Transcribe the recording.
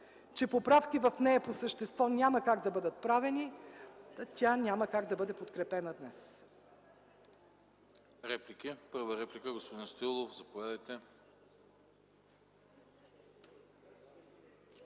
и поправки по същество по нея няма как да бъдат правени, тя няма как да бъде подкрепена днес.